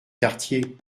quartier